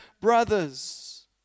brothers